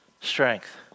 strength